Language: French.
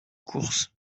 course